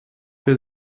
für